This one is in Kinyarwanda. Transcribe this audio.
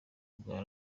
bwa